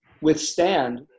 withstand